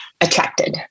Attracted